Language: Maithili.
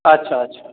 अच्छा अच्छा